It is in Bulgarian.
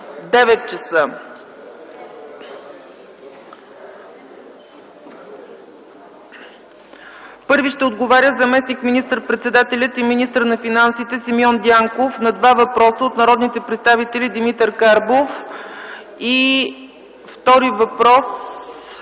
9,00 ч.: Първи ще отговаря заместник министър-председателят и министър на финансите Симеон Дянков на два въпроса от народните представители Димитър Карбов и Евгений